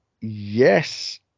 yes